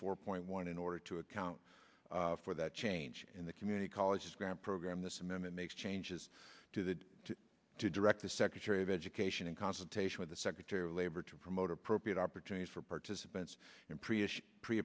four point one in order to account for that change in the community colleges grant program this and then it makes changes to the direct the secretary of education in consultation with the secretary of labor to promote appropriate opportunities for participants in pre